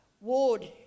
ward